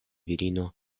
virino